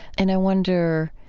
and i wonder,